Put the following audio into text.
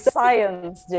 science